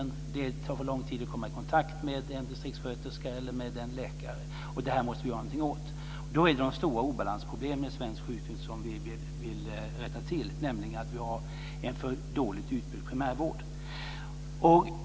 Det tar för lång tid att komma i kontakt med en distriktssköterska eller med en läkare. Detta måste vi göra någonting åt. Då är det de stora obalansproblemen i svensk sjukvård som vi vill rätta till, nämligen att vi har en för dåligt utbyggd primärvård.